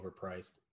overpriced